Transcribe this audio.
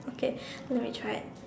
okay let me try it